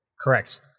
Correct